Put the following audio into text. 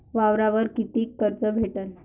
वावरावर कितीक कर्ज भेटन?